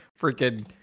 freaking